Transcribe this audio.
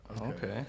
Okay